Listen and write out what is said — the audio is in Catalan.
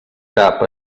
cap